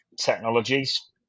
Technologies